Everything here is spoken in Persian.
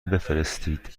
بفرستید